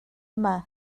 yma